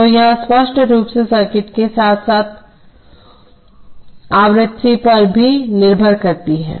तो यह स्पष्ट रूप से सर्किट के साथ साथ आवृत्ति पर भी निर्भर करता है